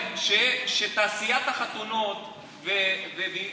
מה שאני אומר זה שתעשיית החתונות וקיום